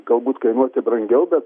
galbūt kainuoti brangiau bet